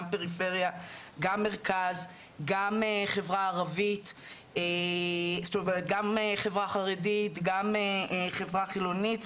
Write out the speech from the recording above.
גם פריפריה גם מרכז גם חברה ערבית גם חברה חרדית גם חברה חילונית,